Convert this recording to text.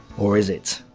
or is it?